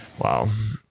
wow